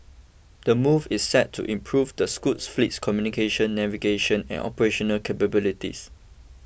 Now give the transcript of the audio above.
the move is set to improve the Scoot fleet's communication navigation and operational capabilities